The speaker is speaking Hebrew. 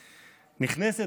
"נכנסת",